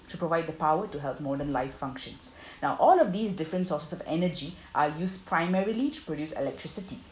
to provide the power to help more than life functions now all of these different sources of energy are used primarily to produce electricity